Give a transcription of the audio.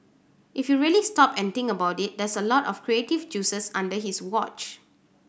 if you really stop and think about it that's a lot of creative juices under his watch